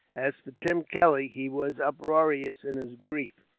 as for tim kelly, he was uproarious in his grief,